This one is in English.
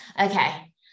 okay